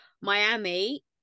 Miami